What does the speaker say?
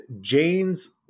jane's